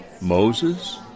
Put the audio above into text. Moses